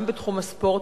גם בתחום הספורט,